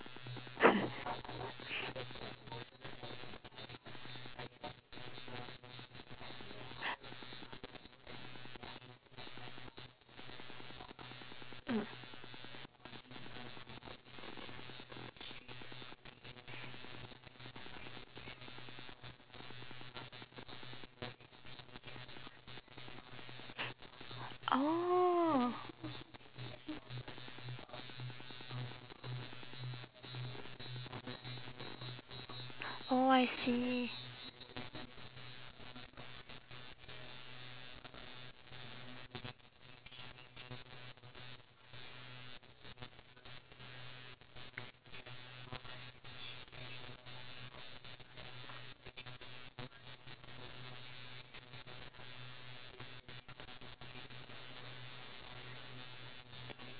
oh oh I see